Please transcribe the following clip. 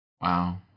wow